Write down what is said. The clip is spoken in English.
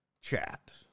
chat